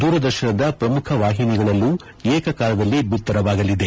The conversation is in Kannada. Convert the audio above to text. ದೂರದರ್ಶನದ ಪ್ರಮುಖ ವಾಹಿನಿಗಳಲ್ಲೂ ಏಕಕಾಲದಲ್ಲಿ ಬಿತ್ತರವಾಗಲಿದೆ